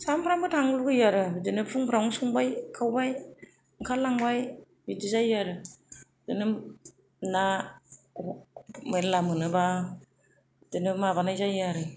सानफ्रामबो थांनो लुबैयो आरो बिदिनो फुं फोरावनो संबाय खावबाय ओंखारलांबाय बिदि जायो आरो बिदिनो ना मेरला मोनोब्ला बिदिनो माबानाय जायो आरो